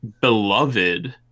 beloved